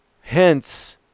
hence